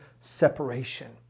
separation